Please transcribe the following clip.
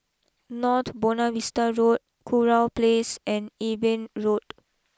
North Buona Vista Road Kurau place and Eben Road